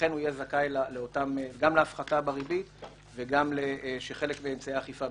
ייהנה גם מהנחה בריבית הפיגורים וגם מהקלה משמעותית באמצעי הגבייה,